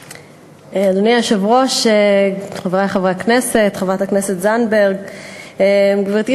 2. אם כן, מדוע תנאי